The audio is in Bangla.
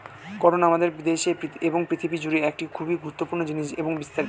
কটন আমাদের দেশে এবং পৃথিবী জুড়ে একটি খুবই গুরুত্বপূর্ণ জিনিস এবং বিস্তারিত